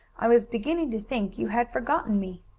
i was beginning to think you had forgotten me.